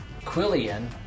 Quillian